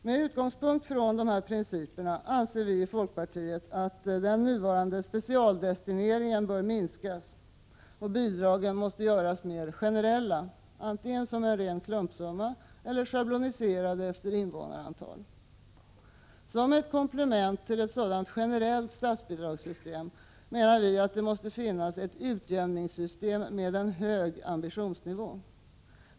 Med utgångspunkt från dessa principer anser vi i folkpartiet att den nuvarande specialdestineringen bör minskas och bidragen göras mer generella, antingen som en ren klumpsumma eller schabloniserade efter invånarantal. Som ett komplement till ett sådant generellt statsbidragssystem måste det finnas ett utjämningssystem med en hög ambitionsnivå.